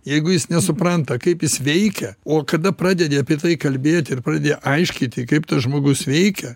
jeigu jis nesupranta kaip jis veikia o kada pradedi apie tai kalbėt ir pradedi aiškinti kaip tas žmogus veikia